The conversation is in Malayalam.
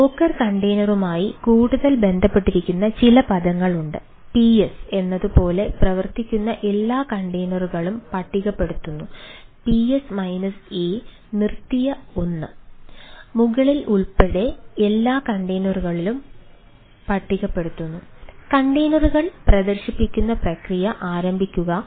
ഡോക്കർ സൃഷ്ടിക്കുക